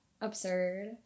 absurd